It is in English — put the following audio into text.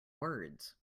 words